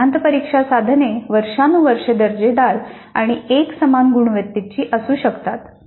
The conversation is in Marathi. सत्रांत परीक्षा साधने वर्षानुवर्षे दर्जेदार आणि एकसमान गुणवत्तेची असू शकतात